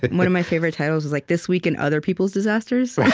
one of my favorite titles is like this week in other people's disasters.